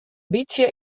bytsje